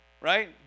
right